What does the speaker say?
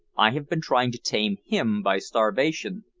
i have been trying to tame him by starvation.